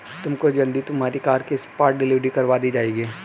तुमको जल्द ही तुम्हारी कार की स्पॉट डिलीवरी करवा दी जाएगी